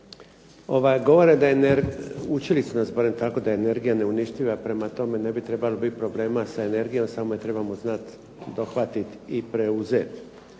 Učili su nas barem tako da je energija neuništiva, prema tome ne bi trebalo biti problema sa energijom samo je trebamo znati dohvatiti i preuzeti.